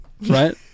right